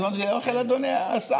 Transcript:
הזמנת אותי לאוכל, אדוני השר?